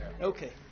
Okay